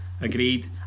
Agreed